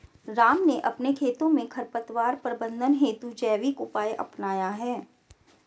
राम ने अपने खेतों में खरपतवार प्रबंधन हेतु जैविक उपाय अपनाया है